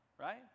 right